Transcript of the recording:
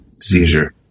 seizure